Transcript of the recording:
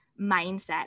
mindset